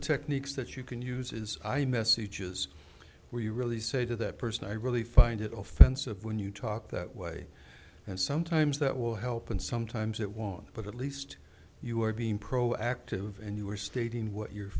techniques that you can use is i message is where you really say to that person i really find it offensive when you talk that way and sometimes that will help and sometimes it won't but at least you are being proactive and you were stating what you're